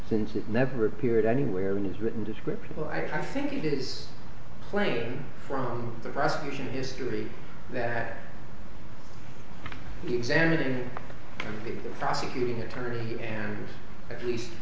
since it never appeared anywhere in his written description but i think it is playing from the prosecution history that the examining prosecuting attorney and at least